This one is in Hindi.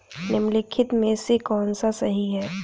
निम्नलिखित में से कौन सा सही है?